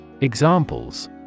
Examples